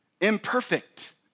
Imperfect